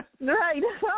Right